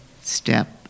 step